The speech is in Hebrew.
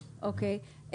אוקי.